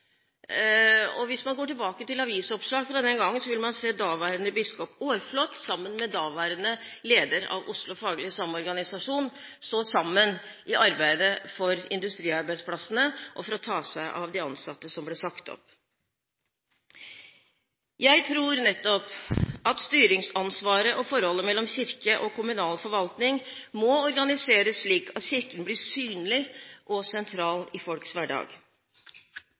Hvis man går tilbake til avisoppslag fra den gangen, vil man se at daværende biskop Aarflot og daværende leder av Oslo faglige samorganisasjon sto sammen i arbeidet for industriarbeidsplassene, og for å ta seg av de ansatte som ble sagt opp. Jeg tror nettopp at styringsansvaret og forholdet mellom kirke og kommunal forvaltning må organiseres slik at Kirken blir synlig og sentral i folks hverdag.